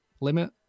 limit